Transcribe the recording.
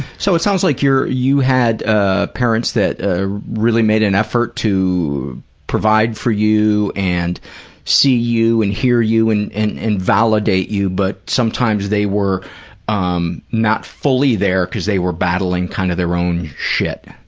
so, it sounds like you had ah parents that ah really made an effort to provide for you and see you and hear you and and and validate you, but sometimes they were um not fully there because they were battling kind of their own shit.